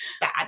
bad